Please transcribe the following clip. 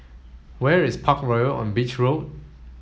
where is Parkroyal on Beach Road